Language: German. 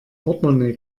portmonee